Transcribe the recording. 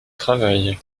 travail